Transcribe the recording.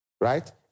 right